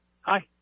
Hi